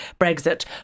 Brexit